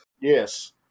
Yes